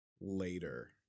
later